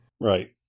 Right